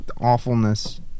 awfulness